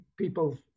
people